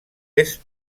est